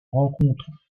rencontre